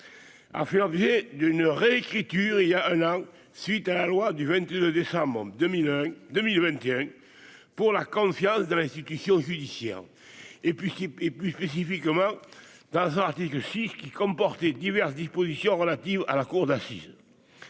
a fait leur billet d'une réécriture il y a un an suite à la loi du 22 décembre 2001 2000 maintient pour la confiance de l'institution judiciaire et puis qui et plus spécifiquement dans un article 6 qui comportait diverses dispositions relatives à la cour d'assises,